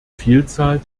vielzahl